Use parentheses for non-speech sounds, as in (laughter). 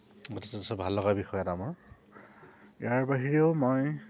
(unintelligible) ভাল লগা বিষয় এটা মোৰ ইয়াৰ বাহিৰেও মই